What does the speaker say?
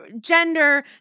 gender